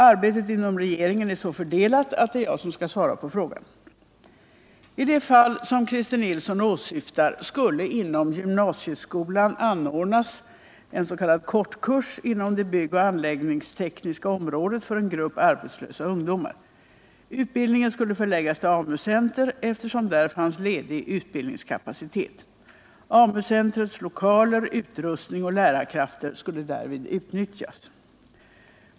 Arbetet inom regeringen är så fördelat att det är jag som skall svara på frågan. I det fall som Christer Nilsson åsyftar skulle inom gymnasieskolan anordnas en s.k. kortkurs inom det byggoch anläggningstekniska området för en grupp arbetslösa ungdomar. Utbildningen skulle förläggas till AMU center, eftersom där fanns ledig utbildningskapacitet. AMU-centrets lokaler, utrustning och lärarkraft skulle därvid utnyttjas.